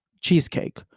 cheesecake